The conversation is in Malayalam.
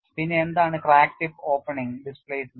പിന്നെ എന്താണ് ക്രാക്ക് ടിപ്പ് ഓപ്പണിംഗ് ഡിസ്പ്ലേസ്മെന്റ്